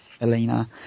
Elena